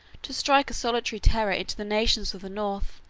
to strike a salutary terror into the nations of the north,